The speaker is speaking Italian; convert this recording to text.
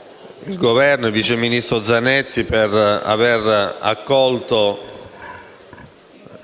nella persona del vice ministro Zanetti, per aver accolto